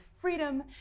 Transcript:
freedom